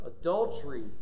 adultery